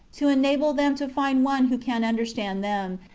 to enable them to find one who can understand them,